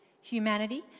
humanity